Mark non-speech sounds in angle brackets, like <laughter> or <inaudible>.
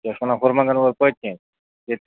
کیٛاہ چھِ وَنان <unintelligible> ہورٕ پٔتۍ کِنۍ